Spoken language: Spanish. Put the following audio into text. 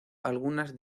algunas